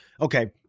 okay